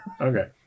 Okay